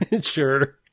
Sure